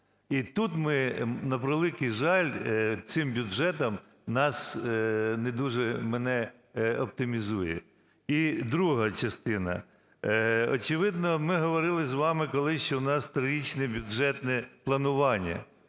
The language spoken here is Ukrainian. І тут ми, на превеликий жаль, цим бюджетом нас… не дуже мене оптимізує. І друга частина. Очевидно, ми говорили з вами колись, що в нас трагічне бюджетне планування.